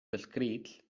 escrits